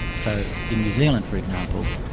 so in new zealand, for example,